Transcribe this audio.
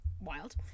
wild